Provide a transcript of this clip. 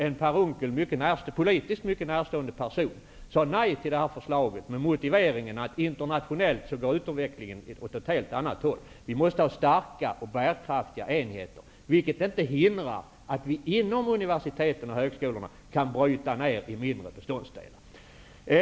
en Per Unckel politiskt mycket närstående person, sade nej till förslaget med motiveringen att utvecklingen internationellt går åt ett annat håll. Vi måste ha starka och bärkraftiga enheter, vilket inte hindrar att vi inom universiteten och högskolorna kan bryta ner verksamhet i mindre beståndsdelar.